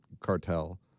cartel